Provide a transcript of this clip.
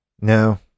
No